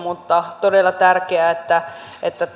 mutta on todella tärkeää että